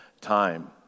time